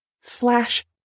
slash